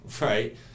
right